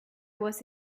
was